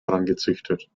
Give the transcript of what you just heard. herangezüchtet